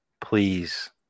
please